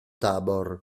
tabor